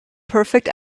perfect